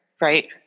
right